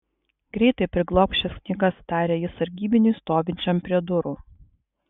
greitai priglobk šias knygas tarė jis sargybiniui stovinčiam prie durų